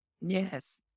Yes